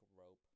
rope